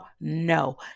no